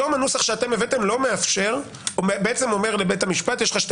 היום הנוסח אומר לבית המשפט שיש לו שתי